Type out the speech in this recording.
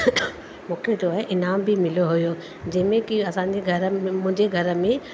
मूंखे जो है इनाम बि मिलियो हुयो जंहिंमें की असांजे घर में मुंहिंजे घर में